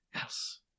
else